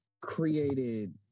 created